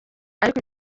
ariko